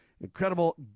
Incredible